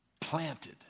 planted